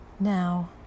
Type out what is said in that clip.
Now